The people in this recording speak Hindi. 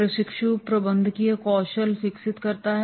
प्रशिक्षु एक प्रबंधकीय कौशल विकसित करता है